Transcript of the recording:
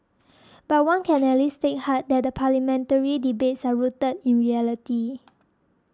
but one can at least take heart that the parliamentary debates are rooted in reality